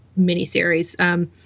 miniseries